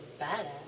badass